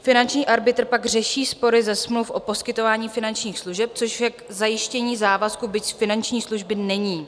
Finanční arbitr pak řeší spory ze smluv o poskytování finančních služeb, což je k zajištění závazku, byť z finanční služby není.